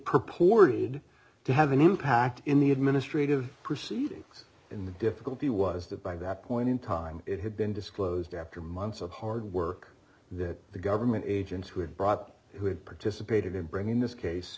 purported to have an impact in the administrative proceedings in the difficulty was that by that point in time it had been disclosed after months of hard work that the government agents who had brought up who had participated in bringing this case